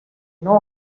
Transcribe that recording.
know